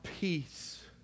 peace